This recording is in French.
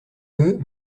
veux